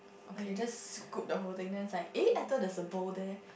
like you just scoop the whole thing then it's like eh I thought there's a bowl there